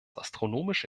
astronomische